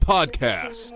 Podcast